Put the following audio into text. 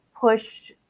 pushed